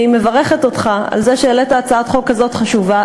אני מברכת אותך על זה שהעלית הצעת חוק כזאת חשובה.